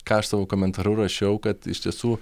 ką aš savo komentaru rašiau kad iš tiesų